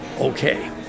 okay